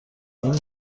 این